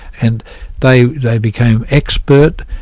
and they they became expert.